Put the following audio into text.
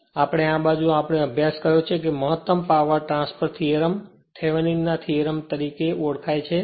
કારણ કે આપણે આ બાજુ આપણે અભ્યાસ કર્યો છે તે મહત્તમ પાવર ટ્રાન્સફર થીયેરમ અથવા થેવેનિનના થીયેરમ કહે છે